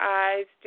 eyes